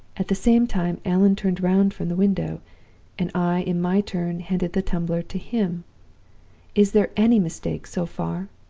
at the same time, allan turned round from the window and i, in my turn, handed the tumbler to him is there any mistake so far